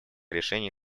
решений